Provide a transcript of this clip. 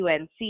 UNC